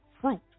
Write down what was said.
fruit